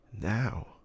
Now